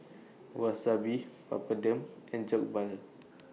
Wasabi Papadum and Jokbal